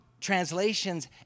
translations